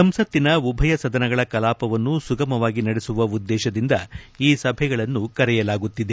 ಸಂಸತ್ತಿನ ಉಭಯ ಸದನಗಳ ಕಲಾಪವನ್ನು ಸುಗಮವಾಗಿ ನಡೆಸುವ ಉದ್ದೇಶದಿಂದ ಈ ಸಭೆಗಳನ್ನು ಕರೆಯಲಾಗುತ್ತಿದೆ